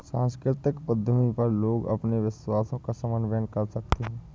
सांस्कृतिक उद्यमी पर लोग अपने विश्वासों का समन्वय कर सकते है